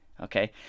okay